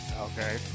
Okay